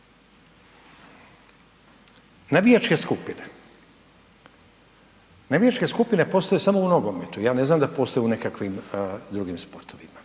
Navijačke skupine, navijačke skupine postoje samo u nogometu, ja ne znam postoje li u nekakvim drugim sportovima